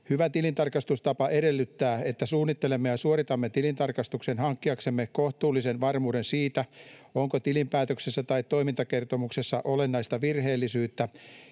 Hyvä tilintarkastustapa edellyttää, että suunnittelemme ja suoritamme tilintarkastuksen hankkiaksemme kohtuullisen varmuuden siitä, onko tilinpäätöksessä tai toimintakertomuksessa olennaista virheellisyyttä,